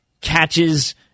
catches –